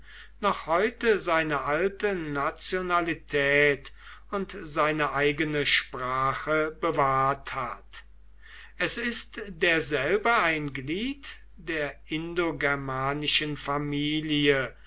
noch heute seine alte nationalität und seine eigene sprache bewahrt hat es ist derselbe ein glied der indogermanischen familie